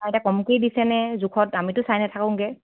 তাহাতে কমকে দিছে নে জোখত আমিতো চাই নাথাকোগৈ